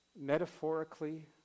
metaphorically